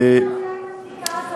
מי מבצע את הבדיקה הזאת?